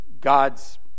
God's